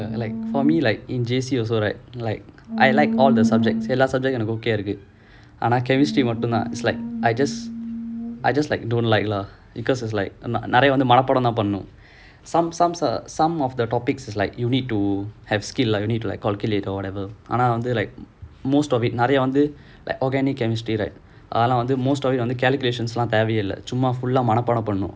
like for me like in J_C also right like I like all the subjects எல்லா:ellaa subjects எனக்கு:ennakku okay eh இருக்கு ஆனா:irukku aanaa chemistry மட்டும் தான்:mattum thaan it's like I just I just like don't like lah because it's like நெறய வந்து மனப்பாடம் தான் பண்ணனும்:neraya vanthu manapaadam thaan pannanum some some some some of the topics is like you need to have skill lah you need to like calculate or whatever ஆனா வந்து:aanaa vanthu like most of it நெறய வந்து:neraya vanthu like organic chemistry right அதுலாம் வந்து:athulaam vanthu most of it on the calculation தேவை இல்லாம சும்மா:tevai illaama summa full ah மனப்பாடம் பண்ணனும்:manapaadam pannanum